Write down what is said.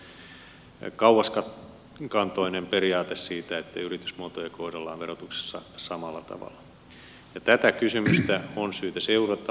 meillä on verotuksessa ollut kauaskantoinen periaate siitä että yritysmuotoja kohdellaan verotuksessa samalla tavalla ja tätä kysymystä on syytä seurata